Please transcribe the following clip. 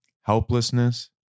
helplessness